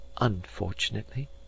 Unfortunately